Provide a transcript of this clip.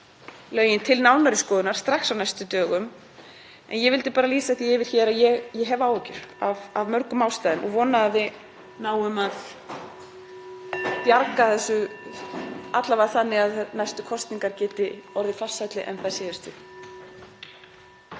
lögin til nánari skoðunar strax á næstu dögum, en ég vildi bara lýsa því yfir hér að ég hef áhyggjur (Forseti hringir.) af mörgum ástæðum og vona að við náum að bjarga þessu, alla vega þannig að næstu kosningar geti orðið farsælli en þær síðustu.